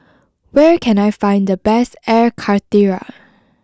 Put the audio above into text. where can I find the best Air Karthira